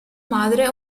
madre